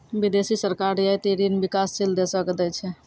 बिदेसी सरकार रियायती ऋण बिकासशील देसो के दै छै